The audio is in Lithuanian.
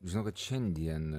žinau kad šiandien